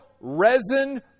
resin